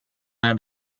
and